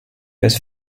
his